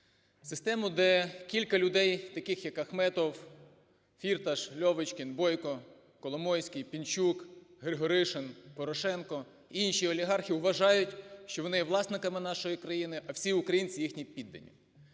систему, де кілька людей, таких як Ахметов, Фірташ, Льовочкін, Бойко, Коломойський, Пінчук, Григоришин, Порошенко, інші олігархи, вважають, що вони є власниками нашої країни, а всі українці їхні піддані.